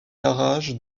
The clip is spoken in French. garage